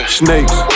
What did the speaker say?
snakes